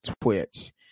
Twitch